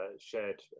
shared